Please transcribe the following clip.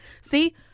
See